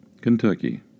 Kentucky